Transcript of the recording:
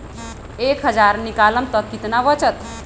एक हज़ार निकालम त कितना वचत?